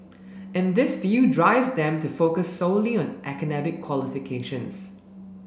and this view drives them to focus solely on academic qualifications